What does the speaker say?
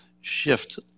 shift